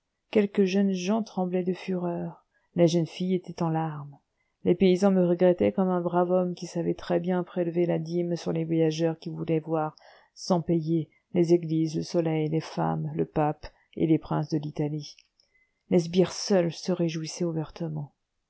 quelques jeunes gens tremblaient de fureur les jeunes filles étaient en larmes les paysans me regrettaient comme un brave homme qui savait très-bien prélever la dîme sur les voyageurs qui voulaient voir sans payer les églises le soleil les femmes le pape et les princes de l'italie les sbires seuls se réjouissaient ouvertement